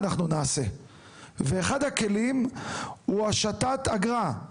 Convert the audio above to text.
אנחנו נעשה ואחד הכלים הוא השתת אגרה,